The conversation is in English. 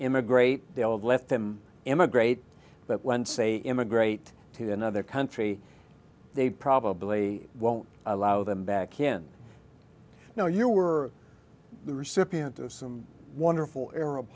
immigrate let them immigrate but when say immigrate to another country they probably won't allow them back in no you were the recipient of some wonderful arab